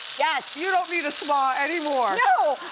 yeah you don't need a spa anymore. no.